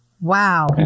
Wow